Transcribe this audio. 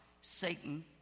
Satan